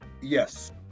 Yes